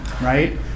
right